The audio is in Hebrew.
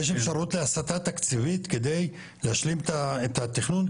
יש אפשרות להסטה תקציבית כדי להשלים את התכנון,